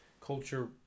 Culture